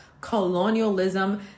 colonialism